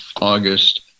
August